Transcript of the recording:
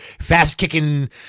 fast-kicking